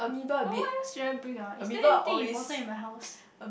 uh what else should I bring ah is there anything important in my house